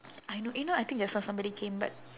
I know eh know I think just now somebody came but